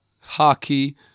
hockey